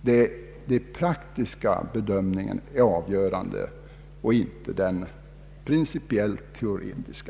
där den praktiska bedömningen är avgörande och inte den principiellt teoretiska.